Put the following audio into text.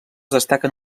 destaquen